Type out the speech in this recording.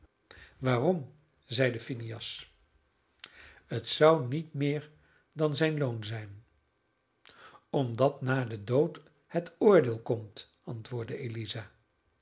waarom zeide phineas het zou niet meer dan zijn loon zijn omdat na den dood het oordeel komt antwoordde eliza